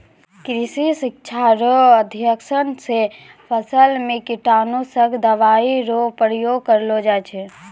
कृषि शिक्षा रो अध्ययन से फसल मे कीटनाशक दवाई रो प्रयोग करलो जाय छै